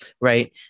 right